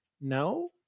no